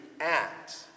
act